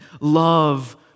love